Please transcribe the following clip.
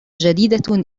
جديدة